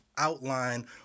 outline